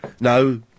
No